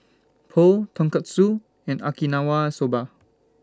Pho Tonkatsu and Okinawa Soba